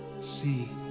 See